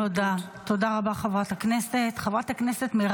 תודה רבה, חברת הכנסת.